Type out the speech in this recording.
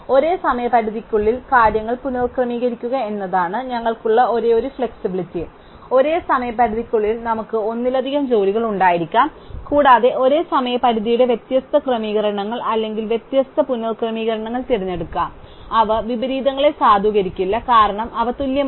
ഒരേ സമയപരിധിക്കുള്ളിൽ കാര്യങ്ങൾ പുനക്രമീകരിക്കുക എന്നതാണ് ഞങ്ങൾക്ക് ഉള്ള ഒരേയൊരു ഫ്ലെക്സിബിലിറ്റി ഒരേ സമയപരിധിക്കുള്ളിൽ നമുക്ക് ഒന്നിലധികം ജോലികൾ ഉണ്ടായിരിക്കാം കൂടാതെ ഒരേ സമയപരിധിയുടെ വ്യത്യസ്ത ക്രമീകരണങ്ങൾ അല്ലെങ്കിൽ വ്യത്യസ്ത പുനക്രമീകരണങ്ങൾ തിരഞ്ഞെടുക്കാം അവ വിപരീതങ്ങളെ സാധൂകരിക്കില്ല കാരണം അവ തുല്യമാണ്